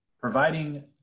Providing